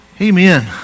Amen